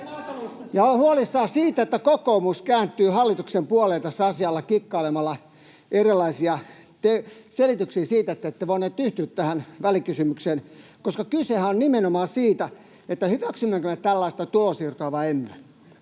Ja olen huolissani siitä, että kokoomus kääntyy hallituksen puoleen tässä asiassa kikkailemalla erilaisilla selityksillä siitä, että te ette voineet yhtyä tähän välikysymykseen, koska kysehän on nimenomaan siitä, hyväksymmekö me tällaista tulonsiirtoa vai emme.